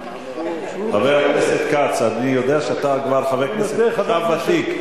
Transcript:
חבר הכנסת כץ, אני יודע שאתה כבר חבר כנסת ותיק.